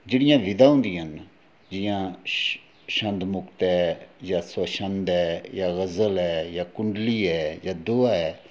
जेह्ड़ियां विधां होंदियां न जि'यां छंदमुक्त ऐ जां स्वछंद ऐ जां गजल ऐ जां कुंडली ऐ जां दोहा ऐ